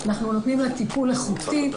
אנחנו נותנים לה טיפול איכותי,